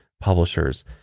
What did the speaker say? Publishers